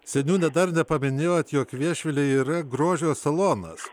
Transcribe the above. seniūne dar nepaminėjot jog viešvilėje yra grožio salonas